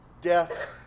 death